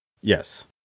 yes